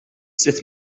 sitt